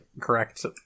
correct